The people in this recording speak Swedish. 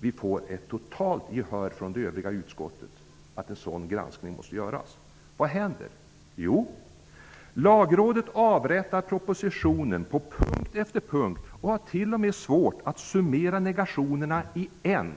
Vi har fått ett totalt gehör från det övriga utskottet om att en sådan granskning måste göras. Vad händer? Jo, Lagrådet avrättar propositionen på punkt efter punkt och har t.o.m. svårt att summera negationerna i en